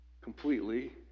Completely